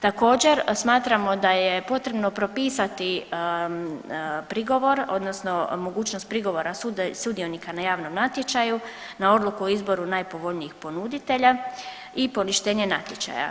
Također smatramo da je potrebno propisati prigovor odnosno mogućnost prigovora sudionika na javnom natječaju na odluku o izboru najpovoljnijih ponuditelja i poništenje natječaja.